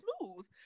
smooth